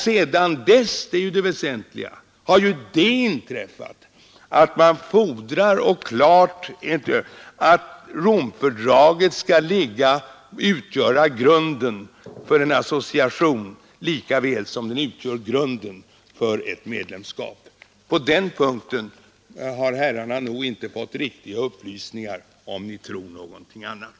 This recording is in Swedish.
Sedan dess, och det är ju det väsentliga, har det inträffat att EEC fordrar att Romfördraget skall utgöra grunden för en association, likaväl som det utgör grunden för ett medlemskap. På den punkten har herrarna nog inte fått riktiga upplysningar, om ni tror någonting annat.